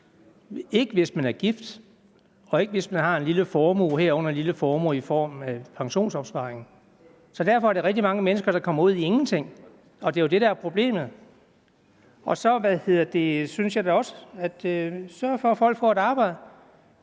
ikke hvis man er gift, og ikke hvis man har en lille formue, herunder en lille formue i form af en pensionsopsparing. Så derfor er der rigtig mange mennesker, der kommer ud i ingenting, og det er jo det, der er problemet. Så synes jeg da også, at man skal sørge for, at folk får et arbejde.